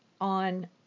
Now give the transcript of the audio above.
on